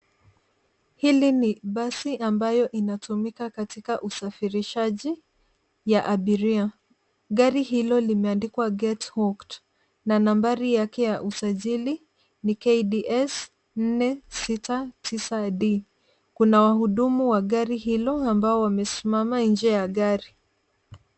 Hili ni basi ambayo inatumika katika usafirishaji ya abiria. Gari hilo limeandikwa Get Hooked na nambari ya usajili ni KDS 469D. Kuna wahudumu wa gari hilo ambao wamesimama nje ya gari.